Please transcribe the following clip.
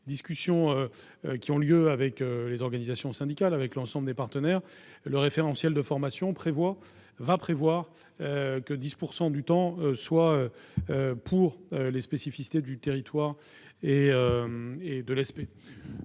discussions qui ont lieu avec les organisations syndicales et l'ensemble des partenaires, puisque le référentiel de formation va prévoir que 10 % du temps sera consacré aux spécificités du territoire. Cet